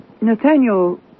Nathaniel